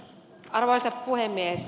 arvoisa puhemies